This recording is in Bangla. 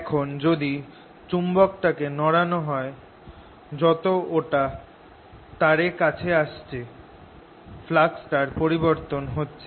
এখন যদি চুম্বকটাকে নাড়ানো হয় যত ওটা তারে কাছে আসছে ফ্লাক্সটার পরিবর্তন হবে